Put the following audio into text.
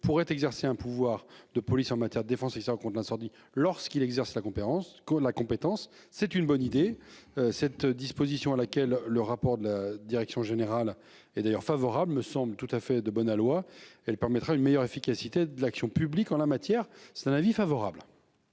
pourrait exercer un pouvoir de police en matière de défense et ça compte l'incendie lorsqu'il exerce la conférence que la compétence. C'est une bonne idée. Cette disposition à laquelle le rapport de la direction générale est d'ailleurs favorable me semble tout à fait de bon aloi. Elle permettra une meilleure efficacité de l'action publique en la matière. C'est un avis favorable.